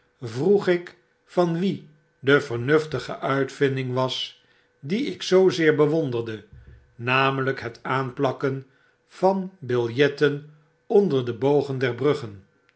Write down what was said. vroeg ik van wie de vernuftige uitvinding was die ik zoozeer bewonderde namelgk het aanplakken van biljetten onder de bogen der bruggen